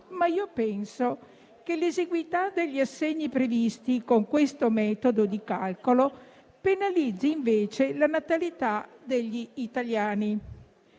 ma penso che l'esiguità degli assegni previsti con questo metodo di calcolo penalizzi, invece, la natalità degli italiani.